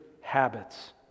habits